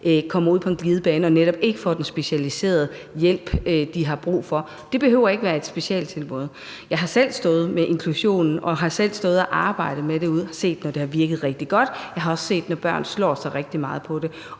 kommer ud på en glidebane og netop ikke får den specialiserede hjælp, de har brug for. Det behøver ikke være et specialtilbud. Jeg har selv stået med inklusion og har selv arbejdet med det derude og har set, når det har virket rigtig godt. Jeg har også set, når børn slår sig rigtig meget på det.